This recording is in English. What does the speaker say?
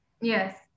yes